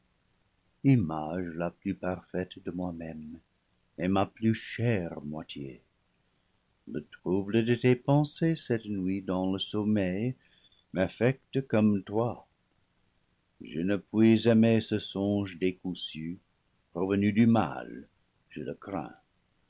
image la plus parfaite de moi-même et ma plus chère moitié le trouble de tes pensées cette nuit dans le sommeil m'affecte comme toi je ne puis aimer ce songe décousu pro venu du mal je le crains